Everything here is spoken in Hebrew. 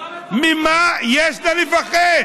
ממה יש לה לפחד?